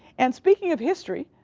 and speaking of history,